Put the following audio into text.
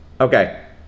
Okay